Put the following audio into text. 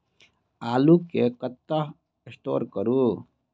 आलु केँ कतह स्टोर करू?